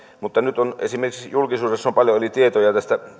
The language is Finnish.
mutta nyt on esimerkiksi julkisuudessa paljon ollut tietoja